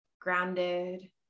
grounded